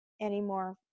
anymore